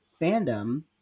fandom